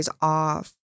off